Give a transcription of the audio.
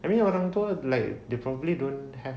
I mean orang tua like they probably don't have